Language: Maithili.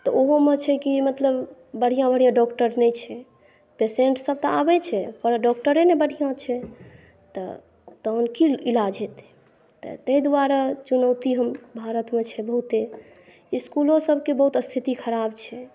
तऽ ओहोमे छै कि मतलब बढ़िऑं बढ़िऑं डॉक्टर नहि छै पेशेंट सब तऽ आबै छै पर डॉक्टरे नहि बढ़िऑं छै तऽ तहन की इलाज हेतै तऽ तै दुआरे चुनौती हम भारतमे छै बहुते इसकुलो सबके बहुत स्थिति खराब छै